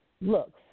looks